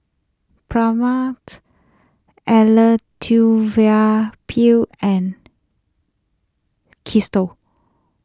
Pranav's Elattuvalapil and Kee store